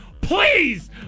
Please